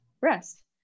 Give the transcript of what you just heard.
rest